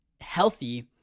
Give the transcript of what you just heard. healthy